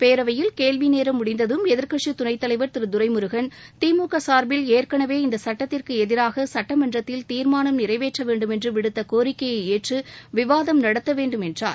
பேரவையில் கேள்விநேரம் முடிந்ததும் எதிர்க்கட்சி துணைத்தலைவர் திரு துரைமுருகள் திமுக சார்பில் ஏற்களவே இந்த சட்டத்திற்கு எதிராக சட்டமன்றத்தில் தீர்மானம் நிறைவேற்ற வேண்டும் என்று விடுத்த கோரிக்கையை ஏற்று விவாதம் நடத்த வேண்டும் என்றார்